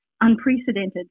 unprecedented